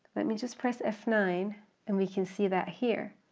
let me just press f nine and we can see that here.